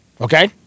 Okay